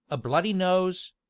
a bloody nose,